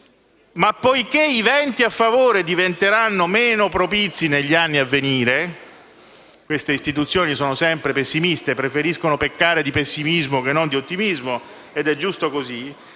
però i venti a favore diventeranno meno propizi negli anni a venire - queste istituzioni sono sempre pessimiste e preferiscono peccare di pessimismo che non di ottimismo, ed è giusto così